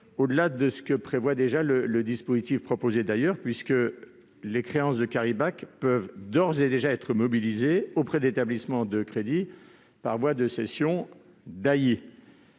au-delà de ce que prévoit déjà le dispositif proposé. En effet, les créances de peuvent d'ores et déjà être mobilisées auprès d'établissements de crédit par voie de cession Dailly.